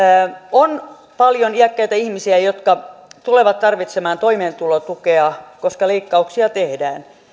on paljon iäkkäitä ihmisiä jotka tulevat tarvitsemaan toimeentulotukea koska leikkauksia tehdään